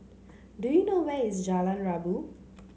do you know where is Jalan Rabu